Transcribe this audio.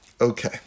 Okay